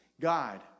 God